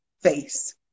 face